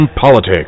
politics